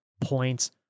points